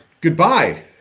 goodbye